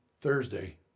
Thursday